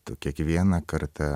tu kiekvieną kartą